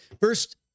First